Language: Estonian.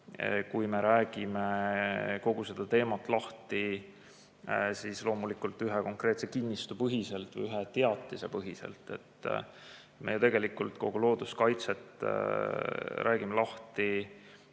kui me räägime kogu seda teemat lahti loomulikult ühe konkreetse kinnistu põhiselt või ühe teatise põhiselt. Kogu looduskaitset me räägime lahti